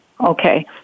Okay